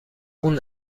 اون